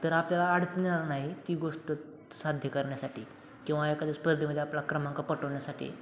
तर आपल्याला अडचण येणार नाही ती गोष्ट साध्य करण्यासाठी किंवा एखाद्या स्पर्धेमध्ये आपल्या क्रमांक पटवण्यासाठी